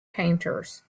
painters